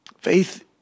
faith